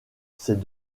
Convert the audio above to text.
c’est